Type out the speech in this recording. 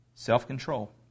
Self-control